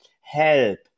help